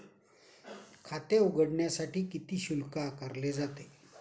खाते उघडण्यासाठी किती शुल्क आकारले जाते?